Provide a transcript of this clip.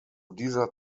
dieser